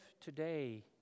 today